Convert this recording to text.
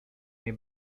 mnie